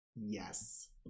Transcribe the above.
Yes